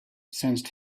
sensed